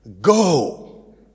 Go